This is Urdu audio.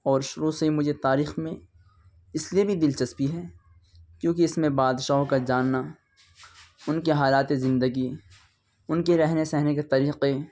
اور شروع سے ہی مجھے تاریخ میں اس لیے بھی دلچسپی ہے کیونکہ اس میں بادشاہوں کا جاننا ان کے حالاتِ زندگی ان کے رہنے سہنے کے طریقے